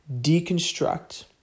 deconstruct